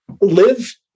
live